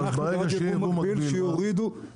אנחנו בעד ייבוא מקביל שיורידו את המחירים.